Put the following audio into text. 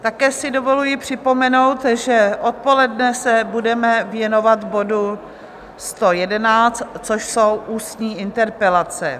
Také si dovoluji připomenout, že odpoledne se budeme věnovat bodu 111, což jsou ústní interpelace.